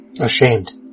ashamed